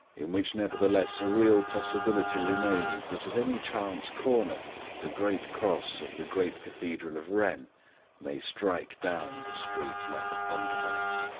in which nevertheless a real possibility remains that at any chance corner the great cross of the great cathedral of wren may strike down the street like a thunderbolt.